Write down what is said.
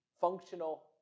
functional